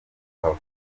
kuhava